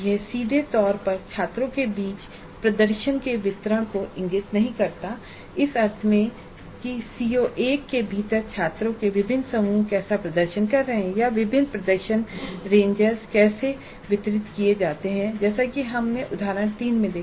यह सीधे तौर पर छात्रों के बीच प्रदर्शन के वितरण को इंगित नहीं करता है इस अर्थ में कि CO1 के भीतर छात्रों के विभिन्न समूह कैसा प्रदर्शन कर रहे हैं या विभिन्न प्रदर्शन रेंजर्स कैसे वितरित किए जाते हैं जैसा कि हमने उदाहरण 3 में देखा